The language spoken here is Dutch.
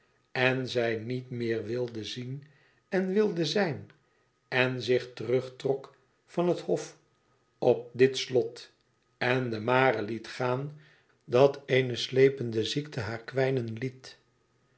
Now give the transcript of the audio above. en zij niet meer wilde zien en wilde zijn en zich terugtrok van het hof op dit slot en de mare liet gaan dat eene slepende ziekte haar kwijnen liet